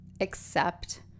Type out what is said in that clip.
accept